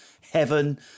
heaven